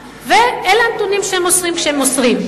ואלה הנתונים שהם מוסרים כשהם מוסרים.